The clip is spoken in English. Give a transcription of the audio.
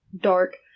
dark